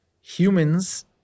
humans